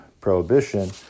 prohibition